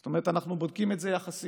זאת אומרת, אנחנו בודקים את זה יחסית.